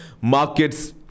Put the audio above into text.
markets